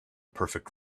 perfect